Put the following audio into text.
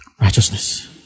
Righteousness